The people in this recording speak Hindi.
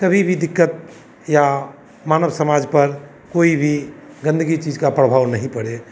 आगे कभी भी दिक्कत या मानव समाज पर कोई भी गंदगी चीज़ का प्रभाव नहीं पड़े